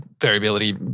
variability